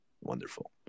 wonderful